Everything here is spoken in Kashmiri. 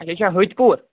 اچھا یہِ چھا ہتھۍ پوٗر